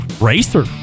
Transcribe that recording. racer